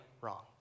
wrong